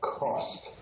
cost